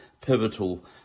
pivotal